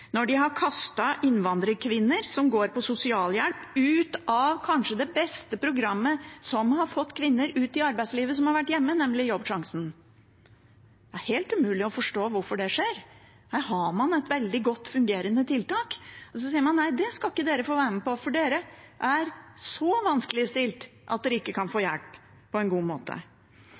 når de har kastet innvandrerkvinner som går på sosialhjelp, ut av kanskje det beste programmet som har fått kvinner som har vært hjemme, ut i arbeidslivet, nemlig Jobbsjansen. Det er helt umulig å forstå hvorfor det skjer. Her har man et veldig godt, fungerende tiltak, og så sier man at det skal dere ikke få være med på, for dere er så vanskeligstilte at dere ikke kan få hjelp på en god måte.